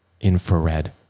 infrared